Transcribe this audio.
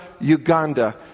uganda